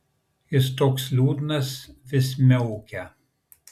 jis toks liūdnas vis miaukia